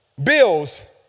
Bills